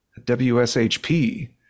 wshp